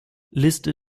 liste